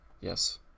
Yes